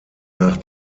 nach